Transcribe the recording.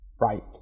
Right